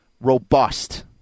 robust